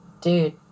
dude